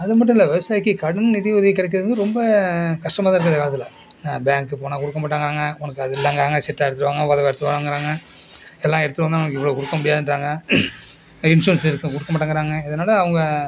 அது மட்டும் இல்லை விவசாயிக்கு கடன் நிதி உதவி கிடைக்கிறது வந்து ரொம்ப கஷ்டமாக தான் இருக்குது இந்த காலத்தில் ஏன்னால் பேங்க்கு போனால் கொடுக்க மாட்டேங்காங்க உனக்கு அது இல்லைங்காங்க சிட்டா எடுத்துகிட்டு வாங்க மொதல் எடுத்துகிட்டு வாங்கங்கிறாங்க எல்லாம் எடுத்துகிட்டு வந்தால் உனக்கு இவ்வளோ கொடுக்க முடியாதுன்றாங்க இன்சூரன்ஸ் இருக்குது கொடுக்க மாட்டேங்கிறாங்க இதனால் அவங்க